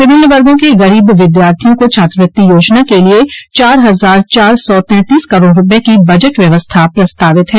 विभिन्न वर्गो के गरीब विद्यार्थियों को छात्रवृत्ति योजना के लिये चार हजार चार सौ तैंतीस करोड़ रूपये की बजट व्यवस्था प्रस्तावित है